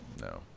No